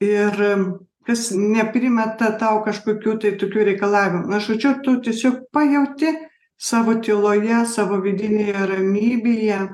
ir kas neprimeta tau kažkokių tai tokių reikalavimų na žodžiu tu tiesiog pajauti savo tyloje savo vidinėje ramybėje